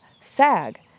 SAG